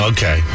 Okay